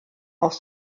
aus